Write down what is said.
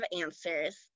answers